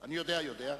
רוחמה אברהם-בלילא,